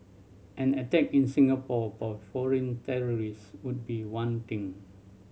an attack in Singapore by foreign terrorists would be one thing